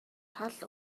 тал